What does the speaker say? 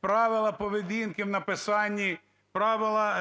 правила поведінки в написанні, правила